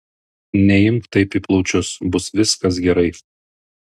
neimk taip į plaučius bus viskas gerai